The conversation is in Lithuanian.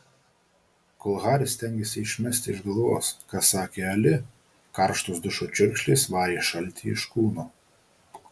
kol haris stengėsi išmesti iš galvos ką sakė ali karštos dušo čiurkšlės varė šaltį iš kūno